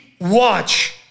watch